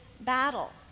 battle